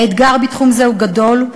האתגר בתחום זה הוא גדול.